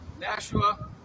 Nashua